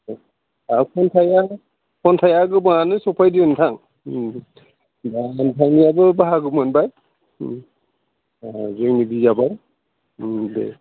आर खन्थाइआ खन्थाइआ गोबांआनो सफायदों नोंथां दा नोंथांनियाबो बाहागो मोनबाय जोंनि बिजाबाव दे